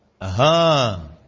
Aha